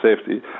safety